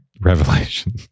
Revelation